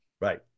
Right